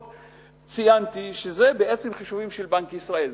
ציינתי שזה חישובים של בנק ישראל,